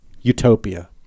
utopia